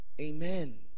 Amen